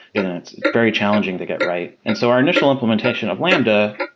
it's very challenging to get right. and so our initial implementation of lambda,